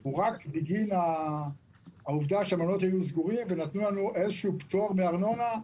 הוא רק בגין העובדה שהמלונות היו סגורים ונתנו לנו איזשהו פטור מארנונה,